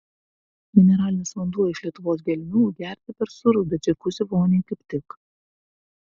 mineralinis vanduo iš lietuvos gelmių gerti per sūru bet džiakuzi voniai kaip tik